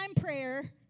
prayer